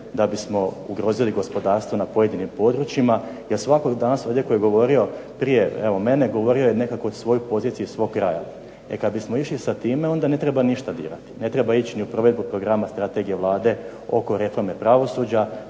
da bismo ugrozili gospodarstvo na pojedinim područjima jer svatko danas ovdje tko je govorio prije mene govorio je nekako svoju poziciju iz svog kraja. E kad bismo išli sa time onda ne treba ništa dirati, ne treba ići ni u provedbu programa strategije Vlade oko reforme pravosuđa,